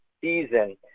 season